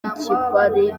ikipari